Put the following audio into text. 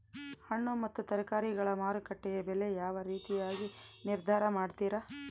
ಹಣ್ಣು ಮತ್ತು ತರಕಾರಿಗಳ ಮಾರುಕಟ್ಟೆಯ ಬೆಲೆ ಯಾವ ರೇತಿಯಾಗಿ ನಿರ್ಧಾರ ಮಾಡ್ತಿರಾ?